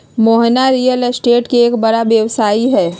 Mohana real estate के एक बड़ा व्यवसायी हई